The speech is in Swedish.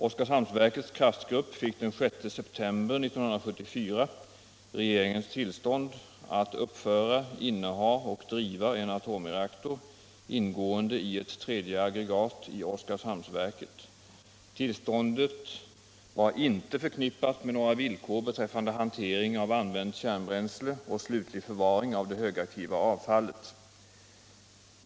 Oskarshamnsverkets kraftgrupp fick den 6 september 1974 regeringens tillstånd att uppföra, inneha och driva en atomreaktor ingående i ett tredje aggregat i Oskarshamnsverket. Tillståndet var inte förknippat med några villkor beträffande hantering av använt kärnbränsle och slutlig förvaring av det högaktiva avfallet.